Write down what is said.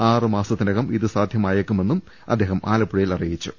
ആറു മാസത്തിനകം ഇതു സാധ്യമായേക്കുമെന്ന് അദ്ദേഹം ആലപ്പുഴയിൽ അറിയിച്ചു